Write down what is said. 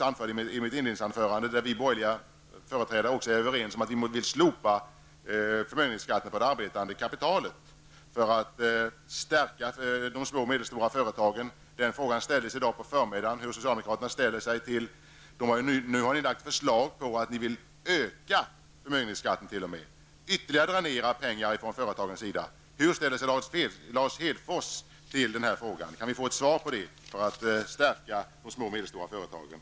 Jag anförde i mitt inledningsanförande att vi borgerliga företrädare är överens om att vi vill slopa förmögenhetsskatten på det arbetande kapitalet för att stärka de små och medelstora företagen. Nu på förmiddagen ställdes frågan om vilken inställning socialdemokraterna har till detta. Ni har nu lagt fram förslag om att t.o.m. öka förmögenhetsskatten och ytterligare dränera pengar från företagen. Hur ställer sig Lars Hedfors till att stärka de små medelstora företagen, kan vi få ett svar på detta?